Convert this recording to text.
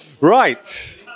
Right